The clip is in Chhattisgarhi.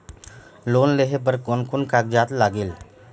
लोन लेहे बर कोन कोन कागजात लागेल?